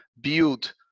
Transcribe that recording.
build